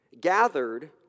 gathered